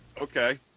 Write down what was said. Okay